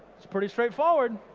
it's pretty straightforward.